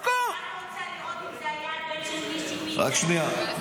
--- השר המקשר בין הממשלה לכנסת דוד אמסלם: רק שנייה.